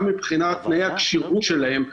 גם מבחינת תנאי הקשיחות שלהם,